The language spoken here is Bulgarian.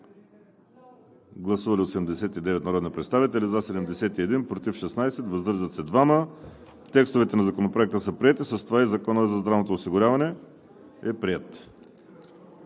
Гласували 89 народни представители: за 71, против 16, въздържали се 2. Текстовете на Законопроекта са приети, а с това и Законът за здравното осигуряване е приет.